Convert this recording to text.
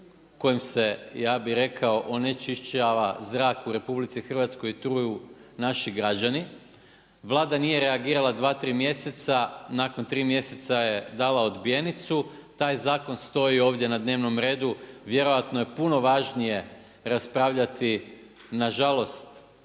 kojim se ja bih rekao onečišćava zrak u Republici Hrvatskoj truju naši građani. Vlada nije reagirala dva, tri mjeseca. Nakon tri mjeseca je dala odbijenicu. Taj zakon stoji ovdje na dnevnom redu. Vjerojatno je puno važnije raspravljati. Na žalost